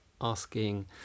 asking